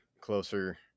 closer